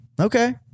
Okay